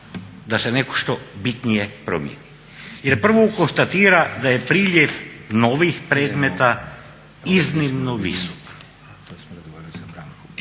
da se nešto bitnije promijeni i da prvo konstatira da je priljev novih predmeta iznimno visok. Ne vidjeh plan